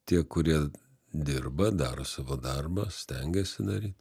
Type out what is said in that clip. tie kurie dirba daro savo darbą stengiasi daryt